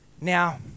Now